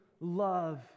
love